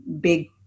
big